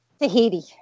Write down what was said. Tahiti